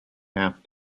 half